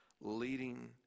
leading